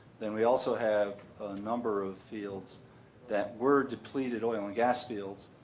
then we also have a number of fields that were depleted oil and gas fields,